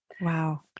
Wow